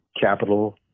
Capital